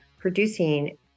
producing